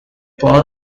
paul